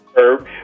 herb